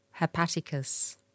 hepaticus